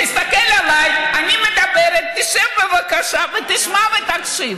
תסתכל עליי, אני מדברת, תשב בבקשה ותשמע ותקשיב.